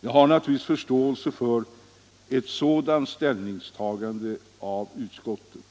Jag har naturligtvis förståelse för ett sådant ställningstagande av utskottet.